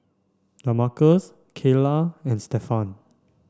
Damarcus Kaela and Stephan